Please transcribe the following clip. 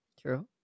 True